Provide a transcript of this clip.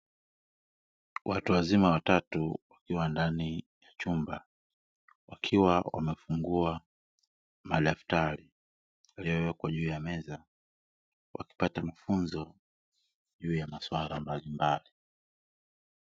Watu wazima watatu wakiwa ndani ya chumba wakiwa wamefungua madaftari yaliyowekwa juu ya meza, wakipata mafunzo juu ya masuala mbalimbali.